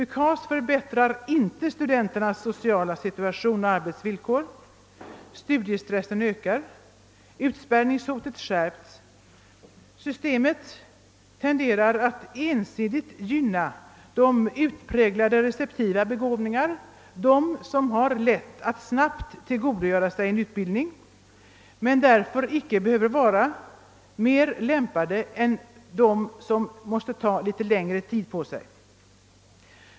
UKAS förbättrar inte studenternas sociala situation och arbetsvillkor. Studiestressen ökar. Avspärrningshotet skärps. Systemet tenderar att ensidigt gynna de utpräglat receptiva begåvningarna, de som har lätt att snabbt tillgodogöra sig en utbildning men därför inte behöver vara mer lämpade än de som måste ta litet längre tid på sig.